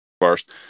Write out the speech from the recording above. first